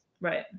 right